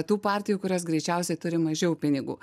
tų partijų kurios greičiausiai turi mažiau pinigų